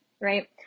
right